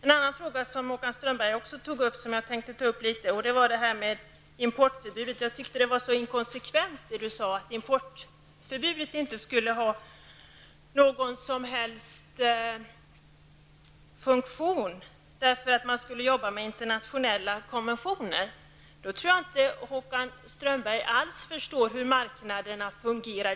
En annan fråga som Håkan Strömberg tog upp gäller importförbudet. Jag tyckte att det var inkonsekvent när Håkan Strömberg sade att importförbudet inte skulle ha någon som helst funktion, eftersom man skulle arbeta med internationella konventioner. Då tror jag inte att Håkan Strömberg alls förstår hur marknaderna fungerar.